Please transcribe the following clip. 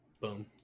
Boom